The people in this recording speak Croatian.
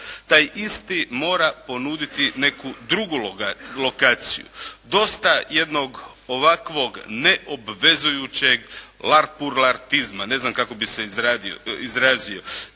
taj isti mora ponuditi neku drugu lokaciju. Dosta jednog ovakvog neobvezujućeg larpurlartizma, ne znam kako bi se izrazio.